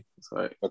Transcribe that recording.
Sorry